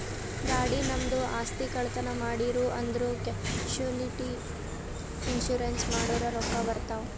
ಗಾಡಿ, ನಮ್ದು ಆಸ್ತಿ, ಕಳ್ತನ್ ಮಾಡಿರೂ ಅಂದುರ್ ಕ್ಯಾಶುಲಿಟಿ ಇನ್ಸೂರೆನ್ಸ್ ಮಾಡುರ್ ರೊಕ್ಕಾ ಬರ್ತಾವ್